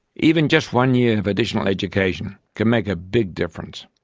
even just one year of additional education can make a big difference.